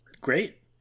Great